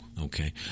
Okay